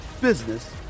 business